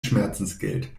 schmerzensgeld